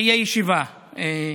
תהיה ישיבה,